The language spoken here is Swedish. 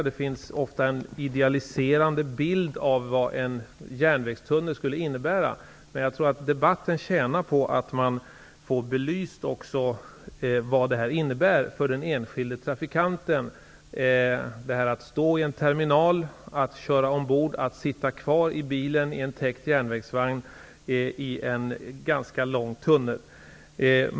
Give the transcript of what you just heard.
Det ges ofta en idealiserad bild av vad en järnvägstunnel skulle innebära, men jag tror att debatten tjänar på att man också belyser vad detta innebär för den enskilde trafikanten, dvs. att stå i en terminal, att köra ombord, att sitta kvar i bilen i en täckt järnvägsvagn i en ganska lång tunnel.